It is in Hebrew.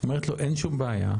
אומרת לו אין שום בעיה,